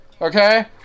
Okay